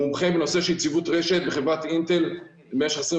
מומחה בנושא של ציוות רשת בחברת אינטל במשך 25